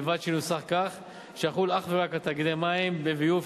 ובלבד שינוסח כך שיחול אך ורק על תאגידי מים וביוב,